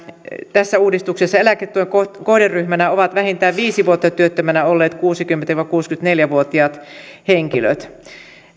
tässä uudistuksessa eläketuen kohderyhmänä ovat vähintään viisi vuotta työttömänä olleet kuusikymmentä viiva kuusikymmentäneljä vuotiaat henkilöt